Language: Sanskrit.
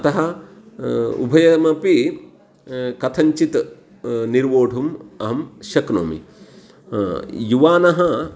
अतः उभयमपि कथंचित् निर्वोढुम् अहं शक्नोमि युवानः